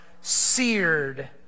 seared